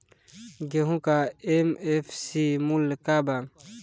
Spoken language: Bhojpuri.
गेहू का एम.एफ.सी मूल्य का बा?